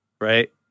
right